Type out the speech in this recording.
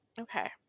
Okay